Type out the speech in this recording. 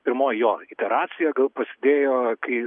pirmoji jo iteracija gal prasidėjo kai